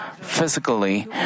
Physically